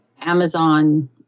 Amazon